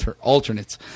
alternates